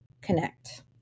connect